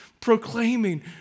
proclaiming